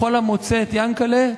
לכל המוצא את יענקל'ה,